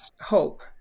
hope